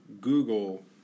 Google